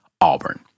Auburn